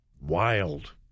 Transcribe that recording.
Wild